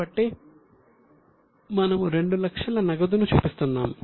కాబట్టి మనము 200000 నగదును చూపిస్తున్నాము